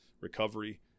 recovery